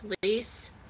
police